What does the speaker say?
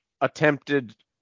attempted